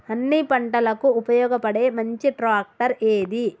అన్ని పంటలకు ఉపయోగపడే మంచి ట్రాక్టర్ ఏది?